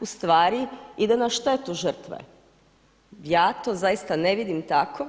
ustvari ide na štetu žrtve, ja to zaista ne vidim tako,